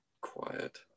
quiet